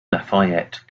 lafayette